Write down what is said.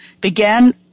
Began